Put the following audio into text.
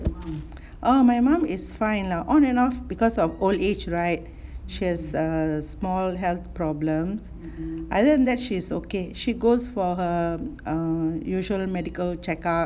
oh my mum is fine lah on and off because of old age right she has err small health problem other than that she's okay she goes for her err usual medical checkup